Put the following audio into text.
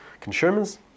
consumers